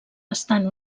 estan